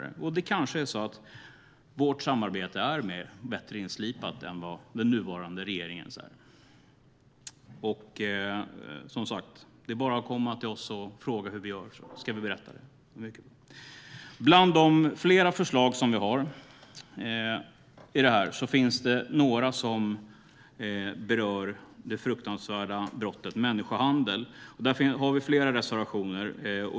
Det kanske är så att vårt samarbete är mer finslipat än vad den nuvarande regeringens är. Det är bara att komma till oss och fråga hur vi gör så ska vi berätta det. Bland de övriga förslagen finns det några som berör det fruktansvärda brottet människohandel. Där har vi flera reservationer.